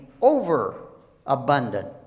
overabundant